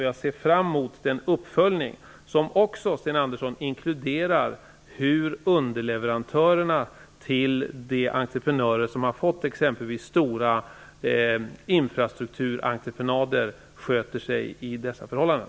Jag ser fram mot den uppföljning som, Sten Andersson, också inkluderar hur underleverantörerna till de entreprenörer som har fått t.ex. stora infrastrukturentreprenader sköter sig i dessa förhållanden.